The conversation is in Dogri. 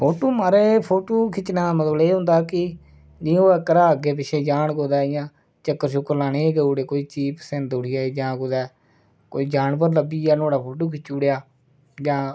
फोटू महाराज फोटू खिच्चने दा मतलब एह् होंदा कि जे ओह् घरा अग्गै पिच्छै जान कुतै इयां चक्कर चुक्कर लाने गी करू उड़ी कोई चीज पसंद उठी आई जां कुतै कोई जानवर लब्भी जा नुआढ़ा फोटू खिच्ची उड़ेआ जां